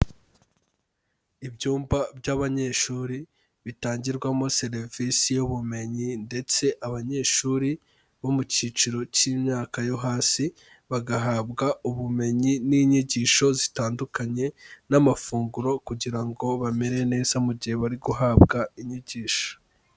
Ibyumba by'abanyeshuri bitangirwamo serivisi y'ubumenyi, ndetse abanyeshuri bo mu cyiciro cy'imyaka yo hasi, bagahabwa ubumenyi n'inyigisho zitandukanye, n'amafunguro kugira ngo bamere neza mu gihe bari guhabwa inyigisho.